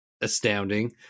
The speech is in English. astounding